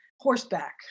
horseback